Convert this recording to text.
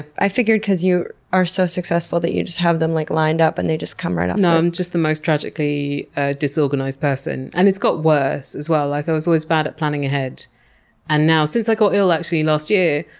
i figured because you are so successful that you just have them like lined up and they just come right off. um no, i'm just the most tragically ah disorganized person, and it's got worse as well. like, i was always bad at planning ahead and now, since i got i'll, actually, last year,